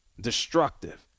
destructive